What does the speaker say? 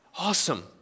Awesome